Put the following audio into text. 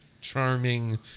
charming